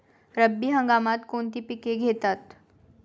रब्बी हंगामात कोणती पिके घेतात?